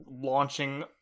Launching